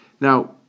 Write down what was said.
Now